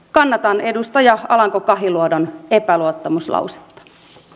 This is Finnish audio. kannatan edustaja alanko kahiluodon epäluottamuslausetta